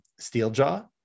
Steeljaw